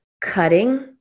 cutting